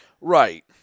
Right